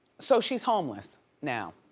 so she's homeless now.